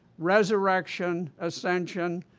resurrection, ascension.